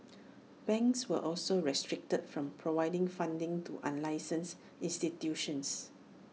banks were also restricted from providing funding to unlicensed institutions